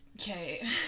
Okay